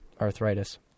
arthritis